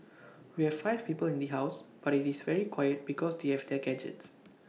we have five people in the house but IT is very quiet because they have their gadgets